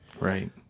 Right